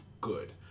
good